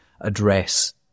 address